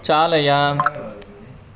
चालय